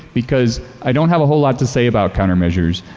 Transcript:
because i don't have a whole lot to say about counter measures.